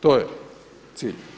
To je cilj.